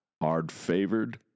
hard-favored